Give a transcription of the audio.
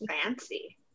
Fancy